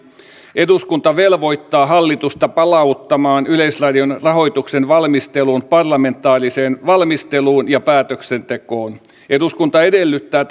eduskunta velvoittaa hallitusta palauttamaan yleisradion rahoituksen valmistelun parlamentaariseen valmisteluun ja päätöksentekoon eduskunta edellyttää